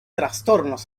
trastornos